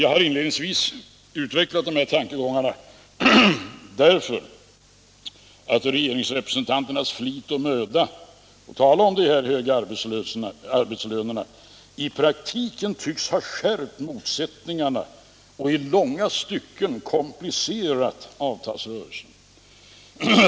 Jag har inledningsvis utvecklat dessa tankegångar, därför att regeringsrepresentanternas flit och möda när det gäller att tala om de höga arbetslönerna i praktiken tycks ha skärpt motsättningarna och i långa stycken komplicerat avtalsrörelsen.